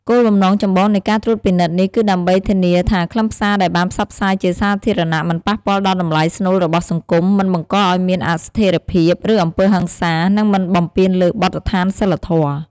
គោលបំណងចម្បងនៃការត្រួតពិនិត្យនេះ គឺដើម្បីធានាថាខ្លឹមសារដែលបានផ្សព្វផ្សាយជាសាធារណៈ មិនប៉ះពាល់ដល់តម្លៃស្នូលរបស់សង្គម មិនបង្កឲ្យមានអស្ថេរភាព ឬអំពើហិង្សា និងមិនបំពានលើបទដ្ឋានសីលធម៌។